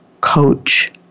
coach